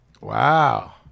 Wow